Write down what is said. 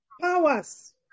Powers